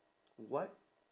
what